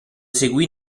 seguì